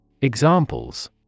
Examples